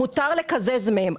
מותר לקזז מהם,